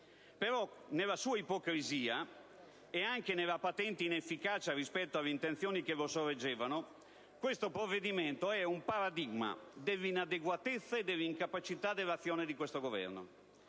però, nella sua ipocrisia e anche nella sua patente inefficacia rispetto alle intenzioni che lo sorreggevano, esso è un paradigma dell'inadeguatezza e dell'incapacità dell'azione di questo Governo.